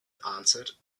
answered